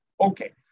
okay